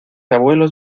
abuelos